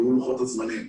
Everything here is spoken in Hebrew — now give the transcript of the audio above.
והוא לוחות הזמנים.